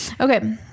Okay